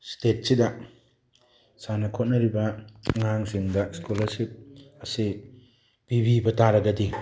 ꯁ꯭ꯇꯦꯠꯁꯤꯗ ꯁꯥꯟꯅ ꯈꯣꯠꯅꯔꯤꯕ ꯑꯉꯥꯡꯁꯤꯡꯗ ꯁ꯭ꯀꯣꯂꯔꯁꯤꯞ ꯑꯁꯤ ꯄꯤꯕꯤꯕ ꯇꯥꯔꯒꯗꯤ